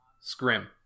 scrim